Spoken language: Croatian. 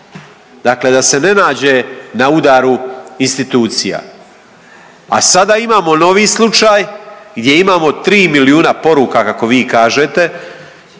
dakle da se ne nađe na udaru institucija. A sada imamo novi slučaj gdje imamo tri milijuna poruka kako vi kažete